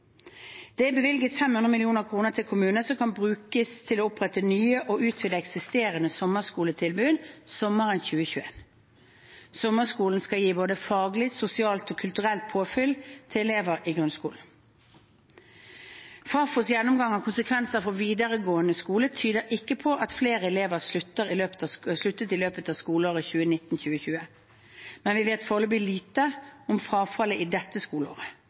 Det er bevilget 500 mill. kr til kommunene som kan brukes til å opprette nye eller å utvide eksisterende sommerskoletilbud sommeren 2021. Sommerskolen skal gi både faglig, sosialt og kulturelt påfyll til elever i grunnskolen. Fafos gjennomgang av konsekvensene for videregående skole tyder ikke på at flere elever sluttet i løpet av skoleåret 2019–2020. Men vi vet foreløpig lite om frafallet i dette skoleåret,